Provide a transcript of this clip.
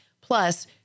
plus